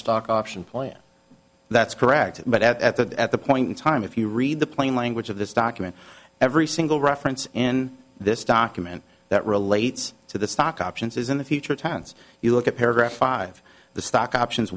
stock option plan that's correct but at the at the point in time if you read the plain language of this document every single reference in this document that relates to the stock options is in the future tense you look at paragraph five the stock options